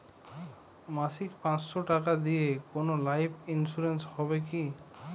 মাসিক পাঁচশো টাকা দিয়ে কোনো লাইফ ইন্সুরেন্স হবে কি?